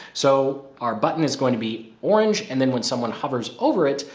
so our button is going to be orange and then when someone hovers over it,